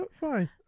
fine